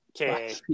Okay